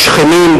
משכנים,